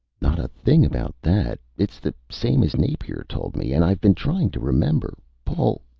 not a thing about that. it's the same as napier told me, and i've been trying to remember. paul,